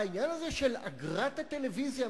העניין של אגרת הטלוויזיה,